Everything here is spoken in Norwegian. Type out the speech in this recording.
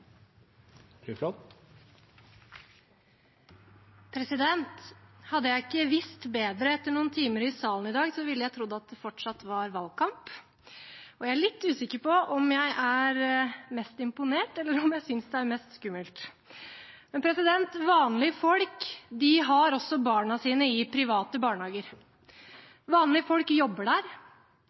2022. Hadde jeg ikke visst bedre etter noen timer i salen i dag, ville jeg trodd at det fortsatt var valgkamp, og jeg er litt usikker på om jeg er mest imponert, eller om jeg synes det er mest skummelt. Vanlige folk har også barna sine i private barnehager. Vanlige folk